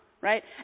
right